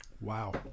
Wow